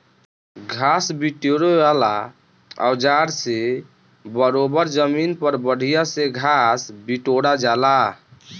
घास बिटोरे वाला औज़ार से बरोबर जमीन पर बढ़िया से घास बिटोरा जाला